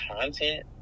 content